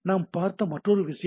நாம் பார்த்த மற்றொரு விஷயம்